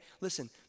Listen